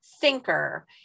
thinker